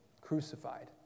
crucified